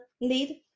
lead